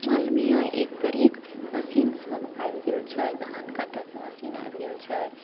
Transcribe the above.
मालूम यऽ एक पर एक मशीन सभ आबि गेल छै धान काटऽके मशीन आबि गेल छै